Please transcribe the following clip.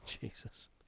Jesus